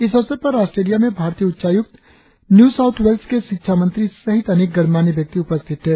इस अवसर पर आस्ट्रेलिया में भारतीय उच्चायुक्त न्यू साउथ वेल्स के शिक्षा मंत्री सहित अनेक गणमान्य व्यक्ति उपस्थित थे